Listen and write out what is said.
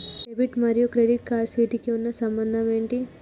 Debit మరియు credit cards వీటికి ఉన్న సంబంధం ఏంటి?